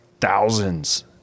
thousands